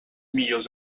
millors